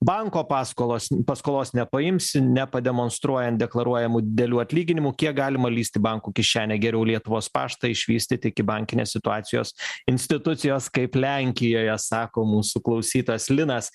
banko paskolos paskolos nepaimsi ne pademonstruojant deklaruojamų delių atlyginimų kiek galima lįst bankų kišenę geriau lietuvos paštą išvystyt iki bankinės situacijos institucijos kaip lenkijoje sako mūsų klausytas linas